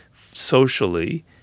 socially